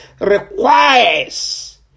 requires